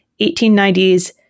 1890s